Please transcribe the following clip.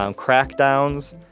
um crackdowns,